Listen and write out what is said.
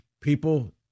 people